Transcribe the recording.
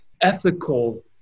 Ethical